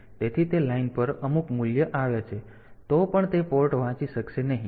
તેથી તે લાઇન પર અમુક મૂલ્ય આવે તો પણ તે પોર્ટ વાંચી શકશે નહીં